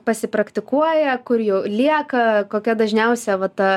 pasipraktikuoja kur jau lieka kokia dažniausia va ta